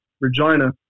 Regina